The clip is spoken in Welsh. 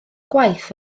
gwaith